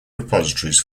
repositories